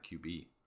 QB